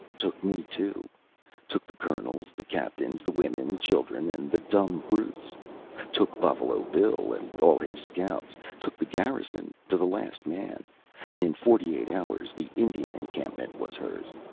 took me, too took the colonels, the captains, the women, the children, and the dumb brutes took buffalo bill, and all his scouts took the garrison to the last man and in forty-eight hours the indian encampment was hers,